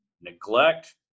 neglect